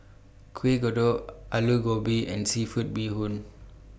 Kueh Kodok Aloo Gobi and Seafood Bee Hoon